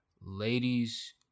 Ladies